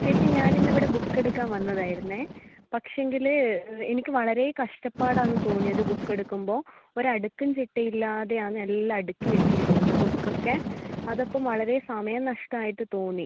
ചേച്ചി ഞാൻ ഇന്ന് അവിടെ ബുക്ക് എടുക്കാൻ വന്നതായിരുന്നു പക്ഷേങ്കിൽ എനിക്ക് വളരെ കഷ്ടപ്പാടാണ് തോന്നിയത് ബുക്ക് എടുക്കുമ്പം ഒരു അടുക്കും ചിട്ടയുമില്ലാതെ ആണ് എല്ലാം അടുക്കി വച്ചിരിക്കുന്നത് ബുക്കൊക്കെ അത് അപ്പോൾ വളരെ സമയം നഷ്ടമായിട്ട് തോന്നി